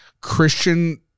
Christian